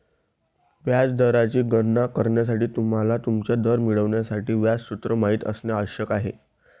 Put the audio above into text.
व्याज दराची गणना करण्यासाठी, तुम्हाला तुमचा दर मिळवण्यासाठी व्याज सूत्र माहित असणे आवश्यक आहे